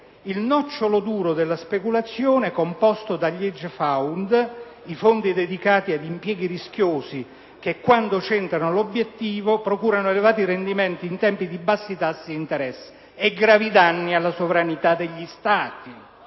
il nocciolo duro della speculazione ecomposto dagli hedge funds, i fondi dedicati ad impieghi rischiosi che quando centrano l’obiettivo procurano elevati rendimenti, in tempi di bassi tassi d’interesse, e grave danni alla sovranita degli Stati.